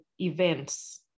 events